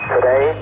Today